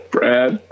Brad